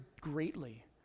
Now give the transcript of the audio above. greatly